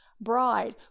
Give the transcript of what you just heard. bride